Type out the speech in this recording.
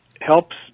helps